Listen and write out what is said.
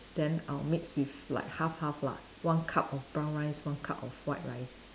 then I'll mix with like half half lah one cup of brown rice one cup of white rice